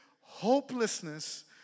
Hopelessness